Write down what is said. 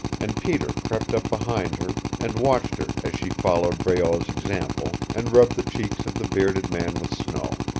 and peter crept up behind her, and watched her as she followed breault's example, and rubbed the cheeks of the bearded man with snow.